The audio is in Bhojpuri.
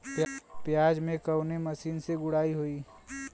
प्याज में कवने मशीन से गुड़ाई होई?